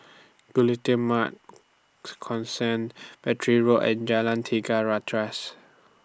Consent Battery Road and Jalan Tiga Ratus